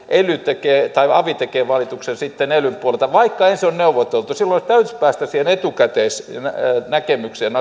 ely tekee tai avi tekee valituksen sitten elyn puolelta vaikka ensin on neuvoteltu silloin täytyisi päästä siihen etukäteisnäkemykseen